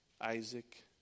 Isaac